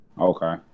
Okay